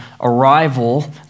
arrival